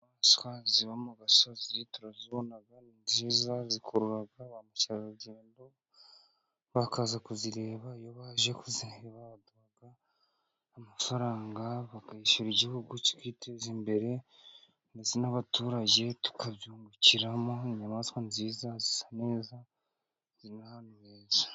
Inyamaswa ziba mu gasozi turabona, ni nziza zikuruga ba mukerarugendo bakaza kuzireba, iyo baje kuzireba baduha amafaranga, bakayishyura igihugu kikiteza imbere, ndetse n'abaturage tukabyungukiramo, inyamaswa nziza zisa neza, ziri n'ahantu beza.